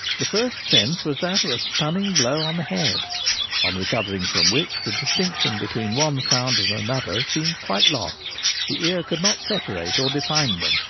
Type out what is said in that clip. the first sense was that of a stunning blow on the head on recovering from which the distinction between one sound and another seemed quite lost. the ear could not separate or define them,